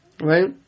Right